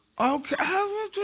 Okay